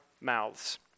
mouths